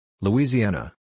Louisiana